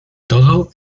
todo